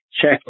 check